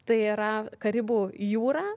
tai yra karibų jūra